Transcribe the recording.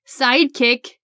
sidekick